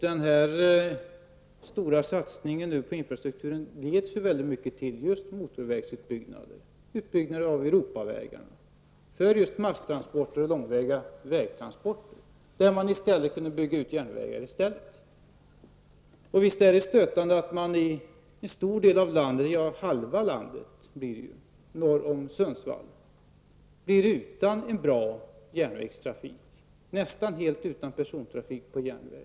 Den här stora satsningen på infrastrukturen leder ju i stor utsträckning till motorvägsutbyggnader, utbyggnader av Europavägarna, för just masstransporter och långa vägtransporter, när man i stället kunde bygga ut järnvägar. Och visst är det stötande att man i en stor del av landet -- ja, i halva landet, norr om Sundsvall -- blir utan bra järnvägstrafik, och nästan helt utan persontrafik på järnväg.